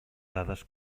dades